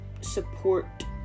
support